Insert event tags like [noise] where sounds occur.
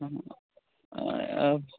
অঁ [unintelligible]